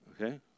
Okay